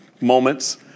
moments